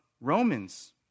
Romans